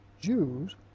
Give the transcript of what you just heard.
Jews